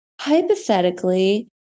hypothetically